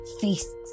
feasts